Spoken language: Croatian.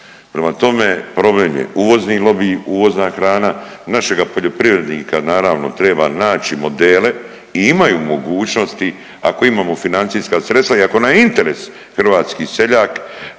Prema tome, problem je uvozni lobi, uvozna hrana, našega poljoprivrednika naravno treba naći modele i imaju mogućnosti ako imamo financijska sredstva i ako nam je interes hrvatski seljak